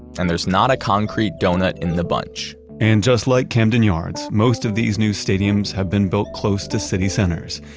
and there's not a concrete donut in the bunch and just like camden yards, most of these new stadiums have been built close to city centers.